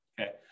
Okay